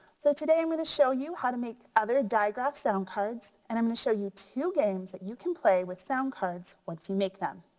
so today i'm gonna show you how to make other diagraph sound cards. and i'm gonna show you two games that you can play with sound cards once you make them.